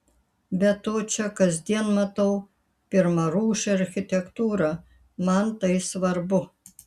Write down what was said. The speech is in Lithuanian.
be to čia kasdien matau pirmarūšę architektūrą man tai svarbu